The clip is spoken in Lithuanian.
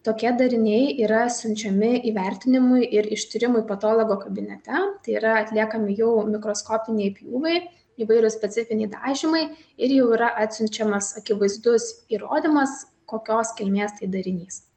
tokie dariniai yra siunčiami įvertinimui ir ištyrimui patologo kabinete tai yra atliekami jau mikroskopiniai pjūviai įvairūs specifiniai dažymai ir jau yra atsiunčiamas akivaizdus įrodymas kokios kilmės tai darinys